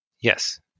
Yes